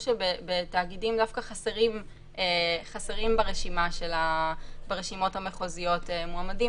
שבתאגידים דווקא חסרים ברשימות המחוזיות מועמדים,